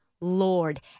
Lord